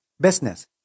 business